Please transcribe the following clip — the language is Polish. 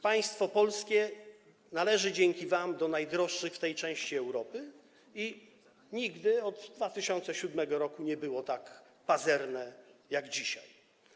Państwo polskie należy dzięki wam do najdroższych w tej części Europy i nigdy od 2007 r. nie było tak pazerne, jak jest dzisiaj.